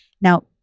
Now